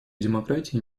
демократии